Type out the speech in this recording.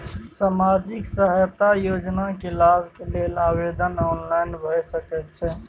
सामाजिक सहायता योजना के लाभ के लेल आवेदन ऑनलाइन भ सकै छै?